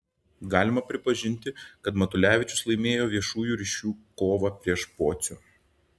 galima pripažinti kad matulevičius laimėjo viešųjų ryšių kovą prieš pocių